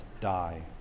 die